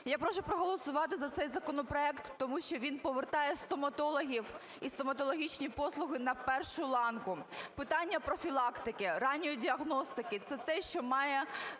Я прошу проголосувати за цей законопроект, тому що він повертає стоматологів і стоматологічні послуги на першу ланку. Питання профілактики ранньої діагностики – це те, що має